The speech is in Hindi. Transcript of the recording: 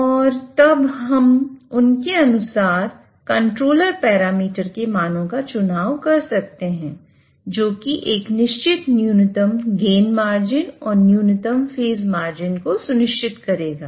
और तब उसके अनुसार हम कंट्रोलर पैरामीटर के मानो का चुनाव कर सकते हैं जो एक निश्चित न्यूनतम गेन मार्जिन और न्यूनतम फेज मार्जिन को सुनिश्चित करेगा